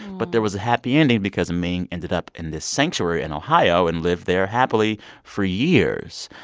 but there was a happy ending because ming ended up in this sanctuary in ohio and lived there happily for years.